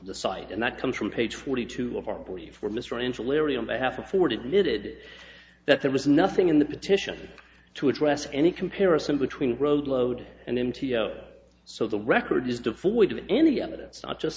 the site and that comes from page forty two of our board for mr into larry on behalf of ford needed that there was nothing in the petition to address any comparison between road load and m t o so the record is devoid of any evidence not just